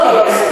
אבל אם,